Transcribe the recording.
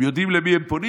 הם יודעים למי הם פונים.